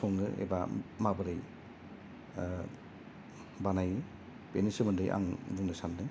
सङो एबा माबोरै बानायो बेनि सोमोन्दै आं बुंनो सान्दों